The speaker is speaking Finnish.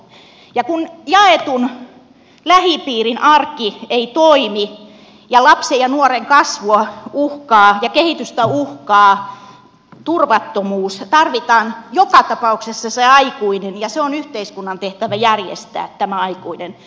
ja kun jaetun lähipiirin arki ei toimi ja lapsen ja nuoren kasvua ja kehitystä uhkaa turvattomuus tarvitaan joka tapauksessa se aikuinen ja on yhteiskunnan tehtävä järjestää tämä aikuinen